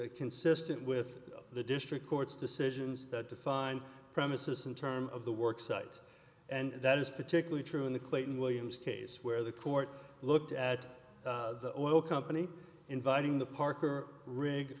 consistent with the district court's decisions that define premises in terms of the work site and that is particularly true in the clayton williams case where the court looked at the oil company inviting the parker rig